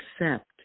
accept